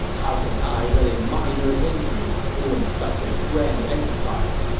how can i let a minor injury ruin such a grand enterprise?